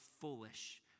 foolish